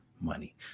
money